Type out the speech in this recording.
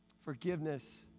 Forgiveness